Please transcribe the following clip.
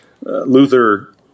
Luther